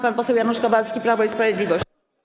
Pan poseł Janusz Kowalski, Prawo i Sprawiedliwość.